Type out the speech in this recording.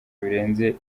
birenze